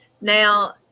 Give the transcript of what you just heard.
Now